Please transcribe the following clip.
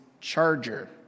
charger